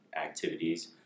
activities